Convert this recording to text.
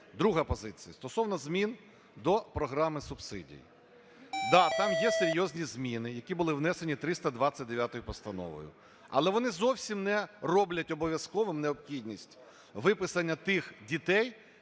Друга позиція стосовно змін до програми субсидій. Да, там є серйозні зміни, які були внесені 329 постановою, але вони зовсім не роблять обов'язковою необхідність виписання тих дітей,